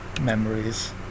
Memories